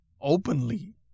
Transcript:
openly